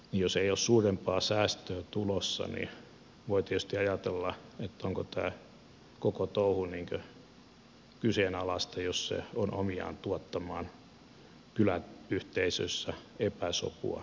jos ei ole suurempaa säästöä tulossa niin voi tietysti ajatella onko tämä koko touhu kyseenalaista jos se on omiaan tuottamaan kyläyhteisöissä epäsopua naapureiden välillä